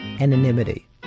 anonymity